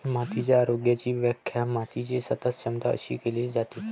मातीच्या आरोग्याची व्याख्या मातीची सतत क्षमता अशी केली जाते